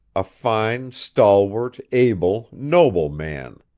a fine, stalwart, able, noble man.